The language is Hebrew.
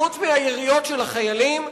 חוץ מהיריות של החיילים,